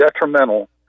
detrimental